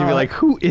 like who